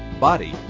body